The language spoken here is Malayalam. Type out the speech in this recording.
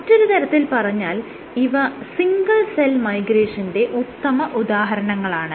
മറ്റൊരു തരത്തിൽ പറഞ്ഞാൽ ഇവ സിംഗിൾ സെൽ മൈഗ്രേഷന്റെ ഉത്തമ ഉദാഹരണങ്ങളാണ്